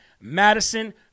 Madison